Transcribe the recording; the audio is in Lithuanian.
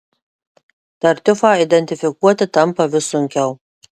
tartiufą identifikuoti tampa vis sunkiau